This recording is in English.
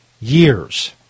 years